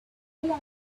longer